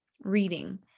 reading